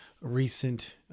recent